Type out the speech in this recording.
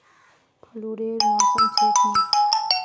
फ्लूरेर मौसम छेक मुर्गीक शुद्ध चारा खिला